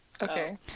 Okay